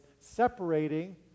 separating